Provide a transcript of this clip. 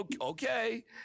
okay